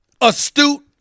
astute